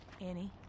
Annie